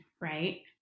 right